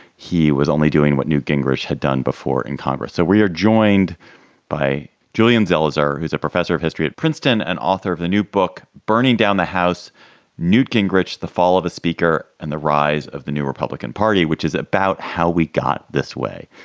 he was only doing what newt gingrich had done before in congress. so we are joined by julian zelizer, who's a professor of history at princeton and author of the new book burning down the house newt gingrich, the fall of a speaker and the rise of the new republican party, which is about how we got this way,